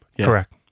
Correct